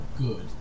good